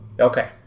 Okay